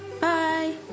Bye